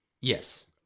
Yes